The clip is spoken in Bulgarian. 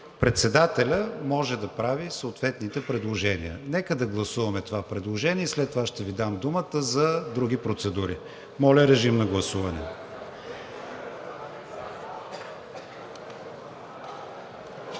Председателят може да прави съответните предложения. Нека да гласуваме това предложение и след това ще Ви дам думата за други процедури. За да няма